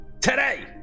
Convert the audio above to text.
today